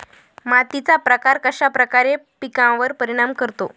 मातीचा प्रकार कश्याप्रकारे पिकांवर परिणाम करतो?